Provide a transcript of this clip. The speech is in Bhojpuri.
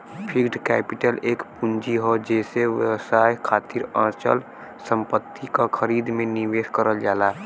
फिक्स्ड कैपिटल एक पूंजी हौ जेसे व्यवसाय खातिर अचल संपत्ति क खरीद में निवेश करल जाला